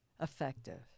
effective